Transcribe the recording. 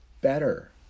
better